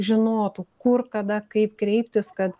žinotų kur kada kaip kreiptis kad